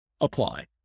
apply